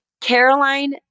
Caroline